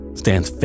stands